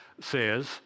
says